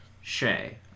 Shay